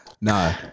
No